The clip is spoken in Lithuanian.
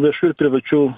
viešų ir privačių